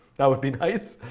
that would be nice.